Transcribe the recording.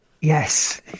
Yes